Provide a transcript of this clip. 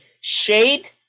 Shade